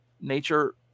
nature